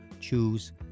choose